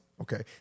Okay